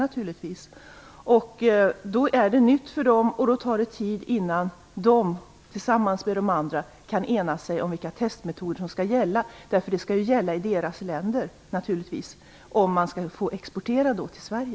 Det är nytt för dem, och det tar tid innan de, tillsammans med de andra, kan ena sig om vilka testmetoder som skall gälla. Det skall ju gälla i deras länder, om de skall få exportera till Sverige.